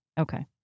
Okay